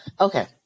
Okay